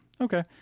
Okay